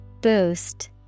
Boost